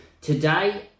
today